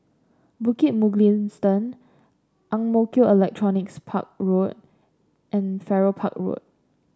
Bukit Mugliston Ang Mo Kio Electronics Park Road and Farrer Park Road